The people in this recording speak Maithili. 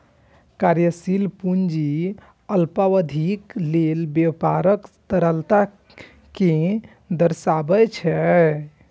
कार्यशील पूंजी अल्पावधिक लेल व्यापारक तरलता कें दर्शाबै छै